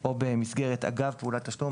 או במסגרת אגב פעולת תשלום,